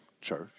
Church